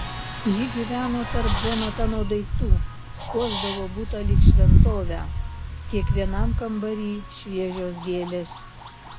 ji gyveno tarp džonatano daiktų puošdavo butą lyg šventovę kiekvienam kambary šviežios gėlės